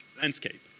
landscape